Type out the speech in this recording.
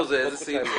איזה סעיף זה?